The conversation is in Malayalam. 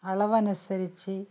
അളവനുസരിച്ച്